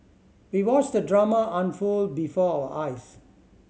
we watched the drama unfold before our eyes